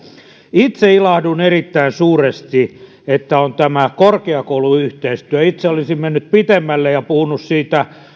itse ilahduin erittäin suuresti siitä että on tämä korkeakouluyhteistyö itse olisin mennyt pitemmälle ja puhunut